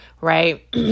right